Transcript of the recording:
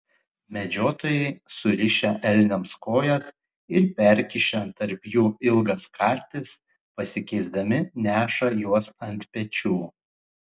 medžiotojai surišę elniams kojas ir perkišę tarp jų ilgas kartis pasikeisdami neša juos ant pečių